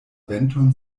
venton